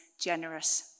generous